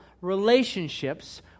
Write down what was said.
relationships